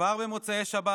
כבר במוצאי שבת,